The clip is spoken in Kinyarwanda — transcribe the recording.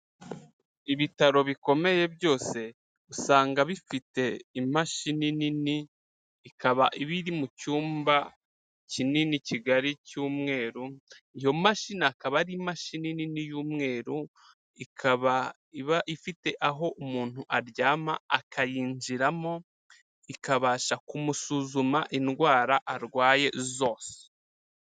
Ibitaro bikomeye byose usanga bifite imashini nini, ikaba iba iri mu cyumba kinini kigari cy'umweru, iyo mashini akaba ari imashini nini y'umweru, ikaba iba ifite aho umuntu aryama akayinjiramo, ikabasha kumusuzuma indwara arwaye zose.